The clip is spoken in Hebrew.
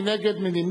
מי נגד?